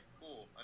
cool